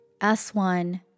S1